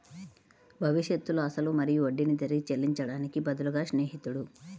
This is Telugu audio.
భవిష్యత్తులో అసలు మరియు వడ్డీని తిరిగి చెల్లించడానికి బదులుగా స్నేహితుడు